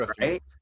right